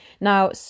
Now